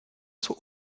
zur